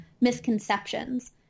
misconceptions